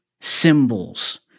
symbols